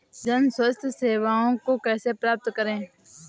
जन स्वास्थ्य सेवाओं को कैसे प्राप्त करें?